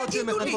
שיגידו לי.